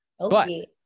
Okay